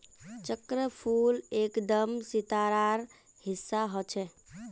चक्रफूल एकदम सितारार हिस्सा ह छेक